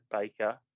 Baker